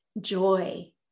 joy